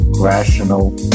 rational